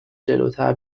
جلوتر